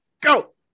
go